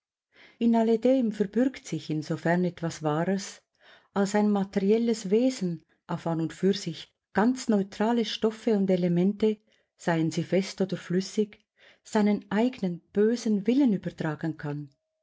in alledem verbürgt sich insofern etwas wahres als ein materielles wesen auf an und für sich ganz neutrale stoffe und elemente seien sie fest oder flüssig seinen eignen bösen willen übertragen kann